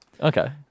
Okay